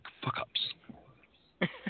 fuck-ups